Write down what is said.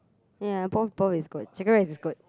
ya both both is good chicken rice is good